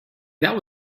that